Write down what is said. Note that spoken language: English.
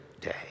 day